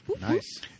nice